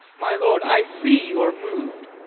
my lord, i see you're mov'd.